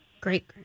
Great